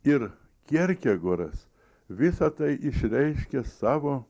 ir kjerkegoras visa tai išreiškia savo